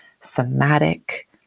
somatic